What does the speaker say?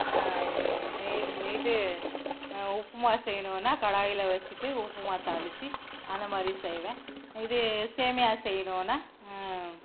இது உப்புமா செய்யணும்னா கடாயில் வச்சுட்டு உப்புமா தாளித்து அந்தமாதிரி செய்வேன் இதே சேமியா செய்யணும்னா